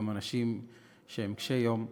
גם אנשים שהם קשי יום,